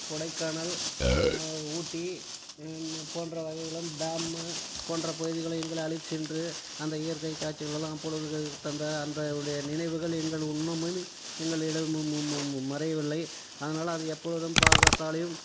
கொடைக்கானல் ஊட்டி போன்ற வகைகளும் டேம்மு போன்ற பகுதிகளை எங்களை அழைத்து சென்று அந்த இயற்கை காட்சிகளெலாம் அப்பொழுது தந்த அந்த உடைய நினைவுகள் எங்கள் இன்னமும் எங்களிடம் மறையவில்லை அதனால் அது எப்பொழுதும் பழக்கத்தாலையும்